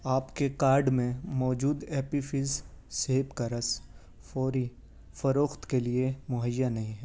آپ کے کارٹ میں موجود ایپی فز سیب کا رس فوری فروخت کے لیے مہیا نہیں ہے